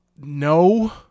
No